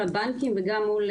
למלא